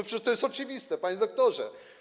Przecież to jest oczywiste, panie doktorze.